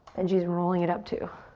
benji's rolling it up too.